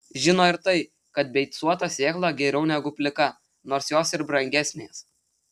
žino ir tai kad beicuota sėkla geriau negu plika nors jos ir brangesnės